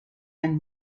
and